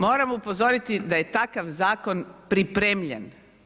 Moramo upozoriti da je takav zakon pripremljen.